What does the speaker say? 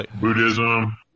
Buddhism